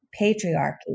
patriarchy